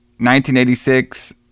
1986